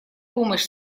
помощь